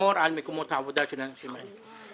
לשמור על מקומות העבודה של האנשים האלה.